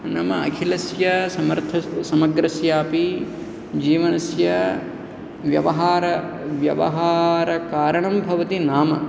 नाम अखिलस्य समर्थ समग्रस्यापि जीवनस्य व्यवहार व्यवहारकारणं भवति नाम